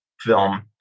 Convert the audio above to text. film